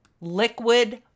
Liquid